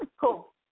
Cool